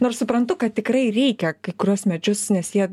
nors suprantu kad tikrai reikia kai kuriuos medžius nes jie